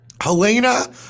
Helena